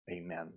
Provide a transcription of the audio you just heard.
Amen